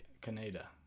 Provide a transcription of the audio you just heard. Canada